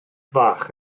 fach